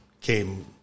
came